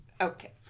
Okay